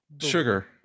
sugar